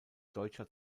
deutscher